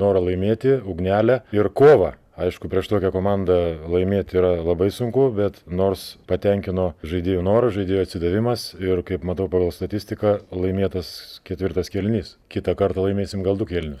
norą laimėti ugnelę ir kovą aišku prieš tokią komandą laimėt yra labai sunku bet nors patenkino žaidėjų noras žaidėjų atsidavimas ir kaip matau pagal statistiką laimėtas ketvirtas kėlinys kitą kartą laimėsim gal du kėlinius